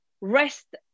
rest